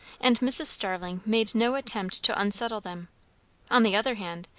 and mrs. starling made no attempt to unsettle them on the other hand,